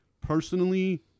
personally